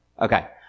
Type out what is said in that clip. Okay